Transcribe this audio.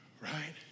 Right